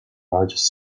largest